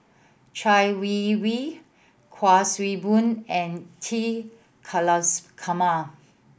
Chai Yee Wei Kuik Swee Boon and T Kulasekaram